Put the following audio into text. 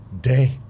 day